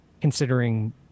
considering